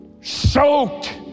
soaked